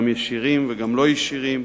גם ישירים וגם לא-ישירים,